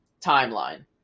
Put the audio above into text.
timeline